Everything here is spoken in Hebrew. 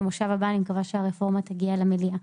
במושב הבא אני מקווה שהרפורמה תגיע למליאה.